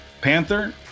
Panther